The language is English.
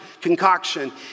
concoction